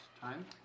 time